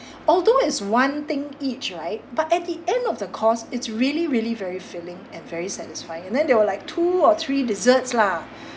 although it's one thing each right but at the end of the course it's really really very filling and very satisfying and then there were like two or three desserts lah